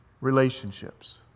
relationships